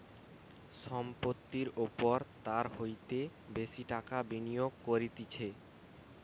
সম্পত্তির ওপর তার হইতে বেশি টাকা বিনিয়োগ করতিছে